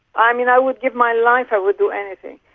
i mean, i would give my life, i would do anything.